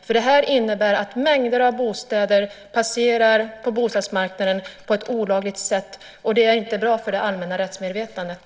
Som det nu är passerar mängder av bostäder på bostadsmarknaden på ett olagligt sätt, och det är inte bra för det allmänna rättsmedvetandet.